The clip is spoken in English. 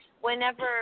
whenever